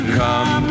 come